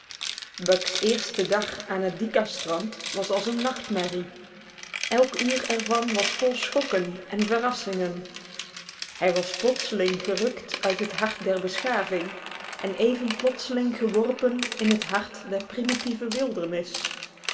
buck's eerste dag aan het dycastrand was als een nachtmerrie elk uur er van was vol schokken en verrassingen hij was plotseling gerukt uit het hart der beschaving en even plotseling geworpen in het hart der primitieve wildernis